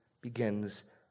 begins